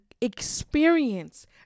experience